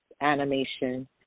animation